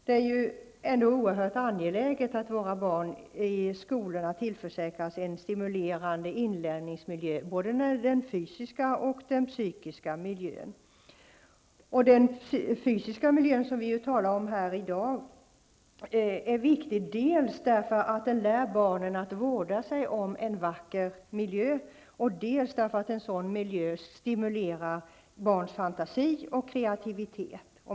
Det är oerhört angeläget att våra barn i skolorna tillförsäkras en stimulerande inlärningsmiljö. Det gäller både den fysiska och den psykiska miljön. Den fysiska miljön som vi talar om här i dag är viktig dels därför att den lär barnen att vårda en vacker miljö, dels därför att en sådan miljö stimulerar barns fantasi och kreativitet.